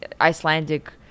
Icelandic